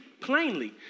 plainly